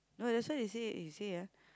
no that's why they say you see ah